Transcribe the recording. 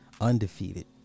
Undefeated